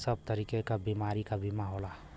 सब तरीके क बीमारी क बीमा होला